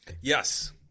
yes